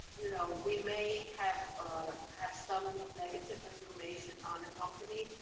you know, we may have have some negative information on a company.